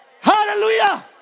Hallelujah